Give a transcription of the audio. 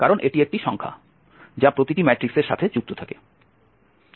কারণ এটি একটি সংখ্যা যা প্রতিটি ম্যাট্রিক্সের সাথে যুক্ত থাকে